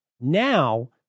Now